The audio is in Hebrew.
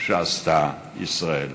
שעשתה ישראל.